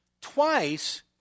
Twice